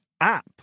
app